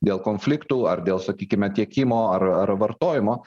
dėl konfliktų ar dėl sakykime tiekimo ar ar vartojimo